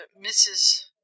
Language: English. Mrs